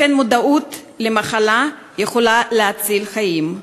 ולכן המודעות למחלה יכולה להציל חיים,